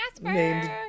named